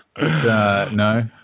No